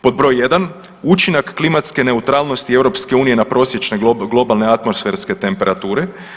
Pod broj 1 učinak klimatske neutralnosti EU na prosječne globalne atmosferske temperature.